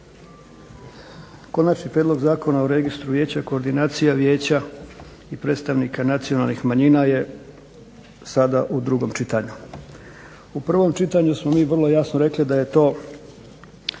Konačni prijedlog zakona o registru vijeća, koordinaciji vijeća i predstavnika nacionalnih manjina je sada u drugom čitanju. U prvom čitanju smo mi vrlo jasno rekli da je to